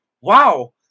Wow